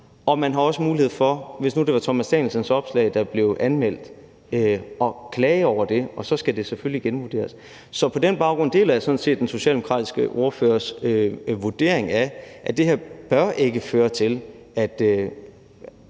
Og man har også mulighed for, hvis nu det var Thomas Danielsens opslag, der blev anmeldt, at klage over det, og så skal det selvfølgelig genvurderes. Så på den baggrund deler jeg sådan set den socialdemokratiske ordførers vurdering af, at det her ikke bør føre til, at